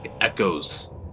echoes